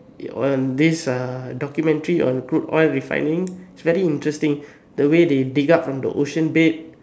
on these uh documentaries on crude oil refining very interesting the way they dig up from the ocean bed